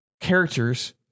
Characters